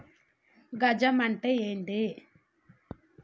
గజం అంటే ఏంది?